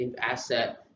asset